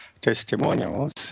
testimonials